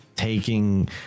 taking